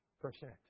percent